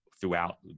throughout